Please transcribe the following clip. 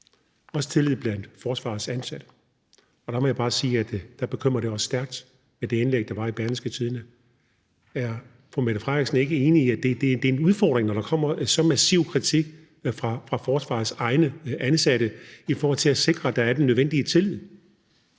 også tillid blandt forsvarets ansatte. Og der må jeg bare sige, at der bekymrer det indlæg, der var i Berlingske, os stærkt. Er statsministeren ikke enig i, at det er en udfordring, når der kommer så massiv en kritik fra forsvarets egne ansatte, i forhold til at sikre at der er den nødvendige tillid?